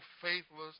faithless